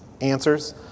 answers